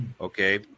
Okay